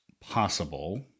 possible